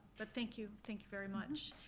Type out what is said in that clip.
but thank you, thank you very much.